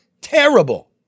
Terrible